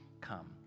come